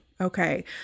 Okay